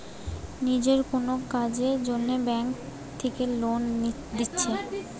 নিজের কুনো কাজের জন্যে ব্যাংক থিকে লোন লিচ্ছে